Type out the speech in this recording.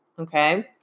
Okay